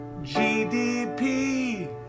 GDP